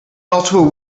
multiple